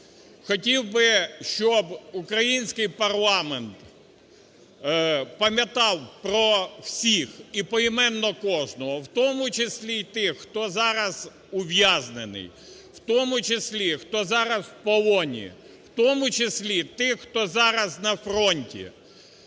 хотів щоб український парламент пам'ятав про всіх і поіменно кожного, в тому числі і тих, хто зараз ув'язнений, в тому числі хто зараз в полоні, в тому числі тих, хто зараз на фронті.